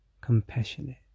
compassionate